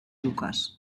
lucas